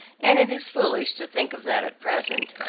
and it is foolish to think of that at present.